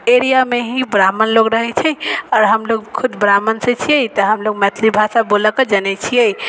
एरियामे ही ब्राह्मण लोक रहै छै आओर हमलोक खुद ब्राह्मण से छिए तऽ हमलोक मैथिली भाषा बोलऽके जनै छिए